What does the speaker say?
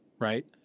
right